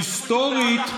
היסטורית,